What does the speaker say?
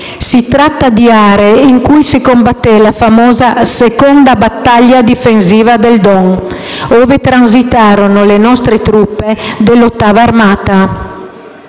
si tratta di aree in cui si combatté la famosa seconda battaglia difensiva del Don, ove transitarono le nostre truppe della 8a Armata.